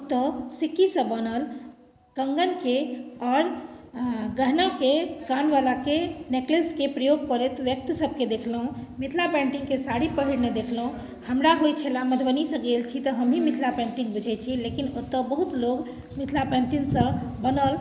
ओतऽ सिक्कीसँ बनल कङ्गनके आओर गहनाके कान बलाके नेकलेसके प्रयोग करैत व्यक्ति सभकेँ देखलहुँ मिथिला पेन्टिङ्गके साड़ी पहिरने देखलहुँ हमरा होइत छलै मधुबनी से गेल छी तऽ हमहिँ मिथिला पेन्टिङ्ग बुझैत छियै लेकिन ओतऽ बहुत लोक मिथिला पेन्टिङ्गसँ बनल